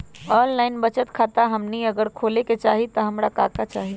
Online बचत खाता हमनी अगर खोले के चाहि त हमरा का का चाहि?